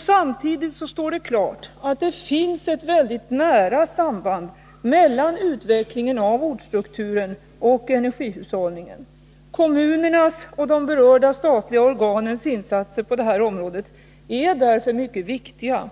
Samtidigt står det klart att det finns ett väldigt nära samband mellan utvecklingen av ortsstrukturen och energihushållningen. Kommunernas och de berörda statliga organens insatser på det området är därför mycket viktiga.